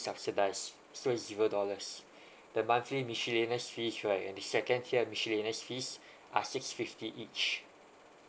subsidized zero dollars the monthly miscellaneous fees and the second tier miscellaneous fees are six fifty each